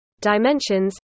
dimensions